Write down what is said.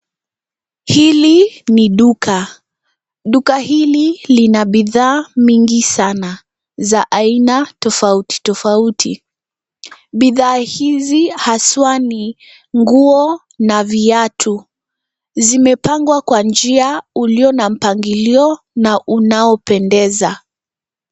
Hili ni duka, duka hili lina bidhaa mingi sana, za aina tofauti tofauti. Bidhaa hizi haswa ni nguo, na viatu. Zimepangwa kwa njia, ulio na mpangilio, na unao pendeza.